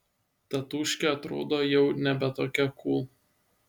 tatūškė atrodo jau nebe tokia kūl